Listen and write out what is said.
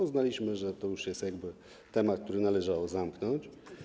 Uznaliśmy, że to już jest temat, który należało zamknąć.